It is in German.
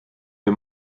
wir